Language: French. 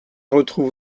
retrouve